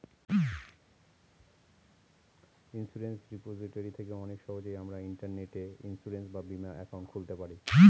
insurance repository থেকে অনেক সহজেই আমরা ইন্টারনেটে ইন্সুরেন্স বা বীমা একাউন্ট খুলতে পারি